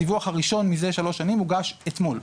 הדיווח הראשון מזה שלוש שנים הוגש אתמול,